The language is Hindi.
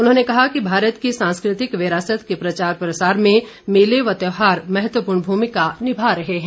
उन्होंने कहा कि भारत की सांस्कृतिक विरासत के प्रचार प्रसार में मेले व त्यौहार महत्वपूर्ण भूमिका निभा रहे हैं